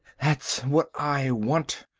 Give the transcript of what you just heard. that's what i want.